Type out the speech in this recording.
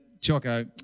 Choco